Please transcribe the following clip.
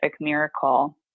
miracle